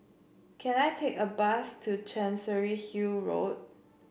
can I take a bus to Chancery Hill Road